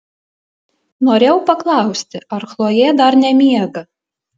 norėjau paklausti ar chlojė dar nemiega